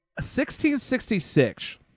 1666